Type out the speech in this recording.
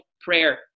prayer